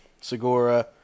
Segura